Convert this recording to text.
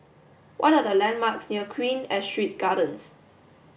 what are the landmarks near Queen Astrid Gardens